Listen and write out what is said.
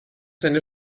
seine